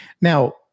Now